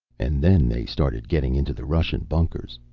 and then they started getting into the russian bunkers,